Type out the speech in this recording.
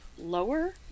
lower